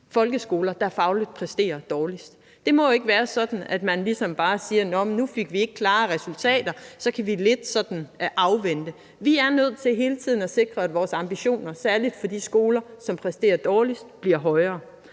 folkeskoler, der fagligt præsterer dårligst. Det må ikke være sådan, at man ligesom bare siger, at nå, men nu fik vi ikke klare resultater, så kan vi lidt sådan afvente. Vi er nødt til hele tiden at sikre, at vores ambitioner, særlig for de skoler, som præsterer dårligst, bliver højere.